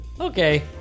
Okay